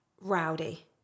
rowdy